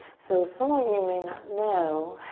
so, some of you may not know